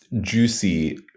juicy